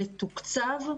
מתוקצב,